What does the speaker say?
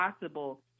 possible